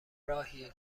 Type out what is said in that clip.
راهیه